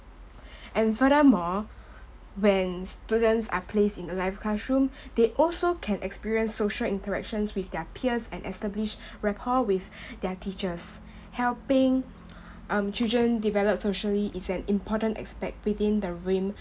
and furthermore when students are placed in a live classroom they also can experience social interactions with their peers and establish rapport with their teachers helping um children develop socially is an important aspect within the rim